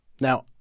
Now